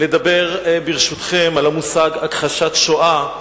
אני רוצה לדבר על המושג "הכחשת שואה",